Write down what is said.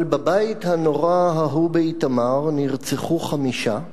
אבל בבית הנורא ההוא באיתמר נרצחו חמישה,